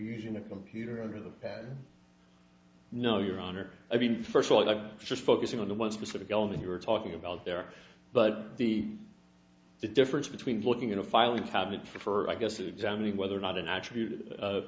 using a computer or the pad no your honor i mean first of all i'm just focusing on the one specific element you were talking about there but the difference between looking at a filing cabinet for i guess examining whether or not an attribute